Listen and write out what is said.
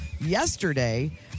yesterday